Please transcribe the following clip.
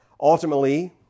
Ultimately